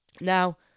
Now